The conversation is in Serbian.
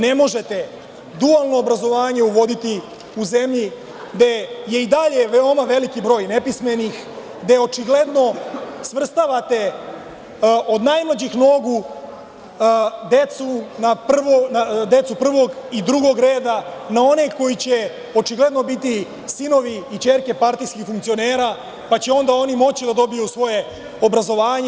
Ne možete dualno obrazovanje uvoditi u zemlji gde je i dalje veoma veliki broj nepismenih, gde očigledno svrstavate od najmlađih nogu decu na decu prvog i drugog reda, na one koji će očigledno biti sinovi i ćerke partijskih funkcionera, pa će onda moći da dobiju svoje obrazovanje.